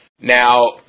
Now